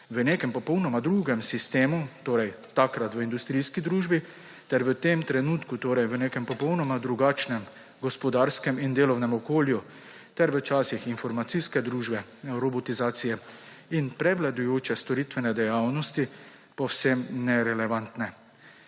v nekem popolnoma drugem sistemu – torej takrat v industrijski družbi ter v tem trenutku v nekem popolnoma drugačnem gospodarskem in delovnem okolju – ter v časih informacijske družbe, robotizacije in prevladujoče storitvene dejavnosti povsem nerelevantne.